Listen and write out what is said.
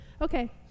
Okay